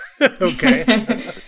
Okay